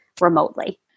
remotely